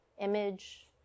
image